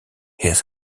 his